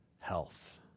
health